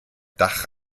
dach